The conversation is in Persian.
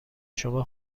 شما